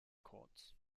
courts